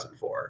2004